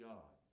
God